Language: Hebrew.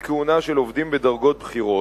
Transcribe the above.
גיסא יש להגביל כהונה של עובדים בדרגות בכירות,